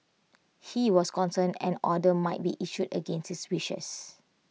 he was concerned an order might be issued against his wishes